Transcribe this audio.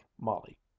molly